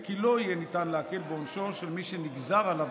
וכי לא יהיה ניתן להקל בעונשו של מי שנגזר עליו